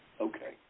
Okay